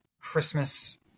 Christmas